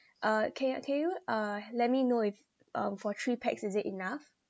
uh can ya can you uh let me know if um for three pax is it enough